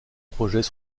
projets